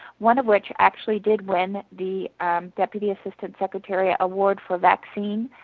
one of which actually did win the deputy assistant secretary award for vaccine